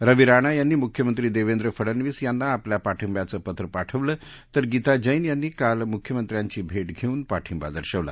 स्वी राणा यांनी मुख्यमंत्री देवेंद्र फडणवीस यांना आपल्या पाठिंब्याचं पत्र पाठवलं तर गीता जैन यांनीं काल मुख्यमंत्र्यांची भेट घेऊन पाठिंबा दर्शवला